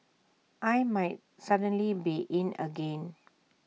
I might suddenly be in again